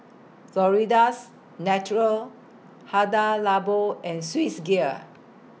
Florida's Natural Hada Labo and Swissgear